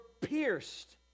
pierced